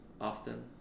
often